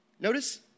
Notice